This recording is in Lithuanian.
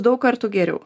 daug kartų geriau